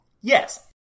Yes